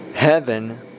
Heaven